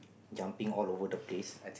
jumping all over the place